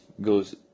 goes